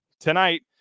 Tonight